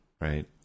Right